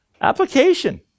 Application